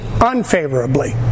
unfavorably